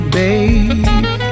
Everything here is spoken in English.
babe